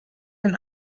ein